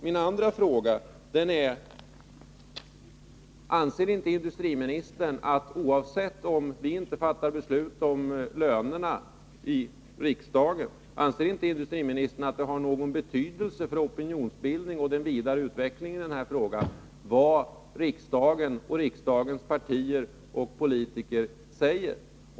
Min andra fråga är: Anser inte industriministern att — oavsett om vi fattar beslut om lönerna i riksdagen — det har någon betydelse för opinionsbildningen och den vidare utvecklingen av den här frågan vad riksdagen samt riksdagens partier och politiker säger?